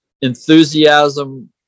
enthusiasm